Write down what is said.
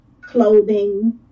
clothing